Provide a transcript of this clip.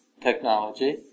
technology